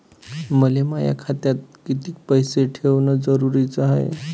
मले माया खात्यात कितीक पैसे ठेवण जरुरीच हाय?